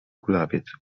kulawiec